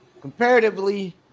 Comparatively